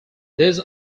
there